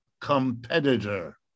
competitor